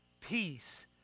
peace